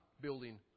building